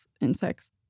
insects